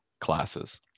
classes